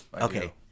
Okay